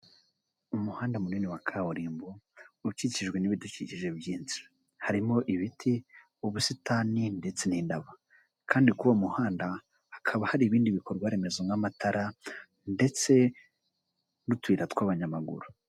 Umuhanda munini wa kaburimbo ukikijwe n'ibidukikije byinshi harimo ibiti, ubusitani ndetse n'indabo, kandi kuri uwo muhanda hakaba hari ibindi bikorwaremezo nk'amatara ndetse n'utuyira tw'abanyamaguru.